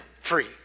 free